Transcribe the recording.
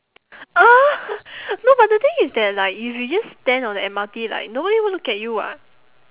uh no but the thing that like if you just stand on the M_R_T like nobody would look at you [what]